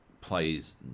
plays